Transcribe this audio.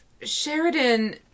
Sheridan